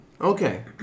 Okay